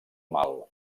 mal